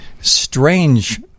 strange